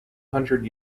hundred